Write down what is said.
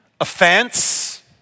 offense